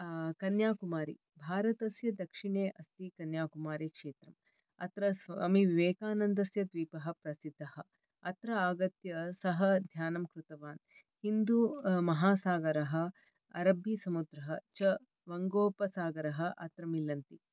कन्याकुमारी भारतस्य दक्षिणे अस्ति कन्याकुमारीक्षेत्रम् अत्र स्वामीविवेकानन्दस्य द्वीपः प्रसिद्धः अत्र आगत्य सः ध्यानं कृतवान् हिन्दू महासागरः अरबीसमुद्रः च वंगोपसागरः च अत्र मिलन्ति